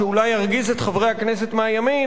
שאולי ירגיז את חברי הכנסת מהימין,